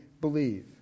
believe